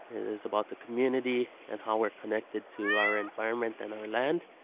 it is about the community, and how we're connected to our environment and our land.